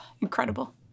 Incredible